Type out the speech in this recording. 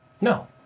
No